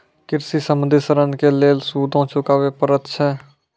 कृषि संबंधी ॠण के लेल सूदो चुकावे पड़त छै?